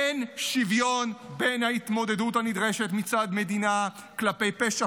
אין שוויון בין ההתמודדות הנדרשת מצד מדינה כלפי פשע